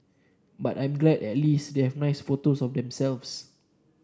but I'm glad that at least they have nice photos of themselves